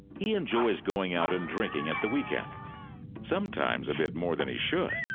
he enjoys going out and drinking at the weekend sometimes a bit more than he should!